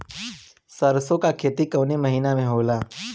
सरसों का खेती कवने महीना में होला?